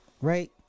Right